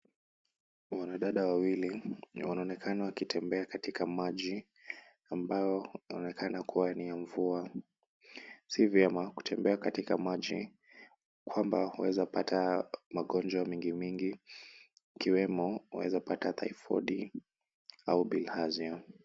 Wanadada wawili, wanaonekana wakitembea katika maji ambayo yanaonekana kuwa ya mvua. Si vyema kutembea katika maji unaeza pata magonjwa mengi mengi ikiwemo unaeza pata typhoid au bilharzia .